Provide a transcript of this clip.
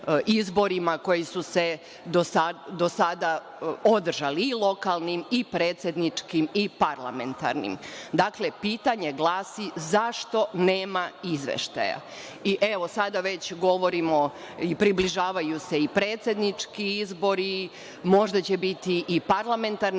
izborima koji su se do sada održali, i lokalnim, i predsedničkim, i parlamentarnim. Dakle, pitanje glasi – zašto nema izveštaja? Evo, sada se već približavaju i predsednički izbori, a možda će biti i parlamentarni.